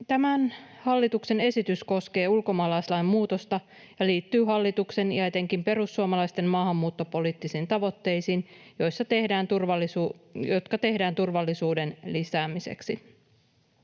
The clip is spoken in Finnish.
Tämä hallituksen esitys koskee ulkomaalaislain muutosta ja liittyy hallituksen ja etenkin perussuomalaisten maahanmuuttopoliittisiin tavoitteisiin, jotka tehdään turvallisuuden lisäämiseksi.